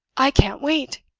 i can't wait!